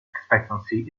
expectancy